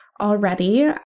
already